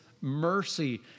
mercy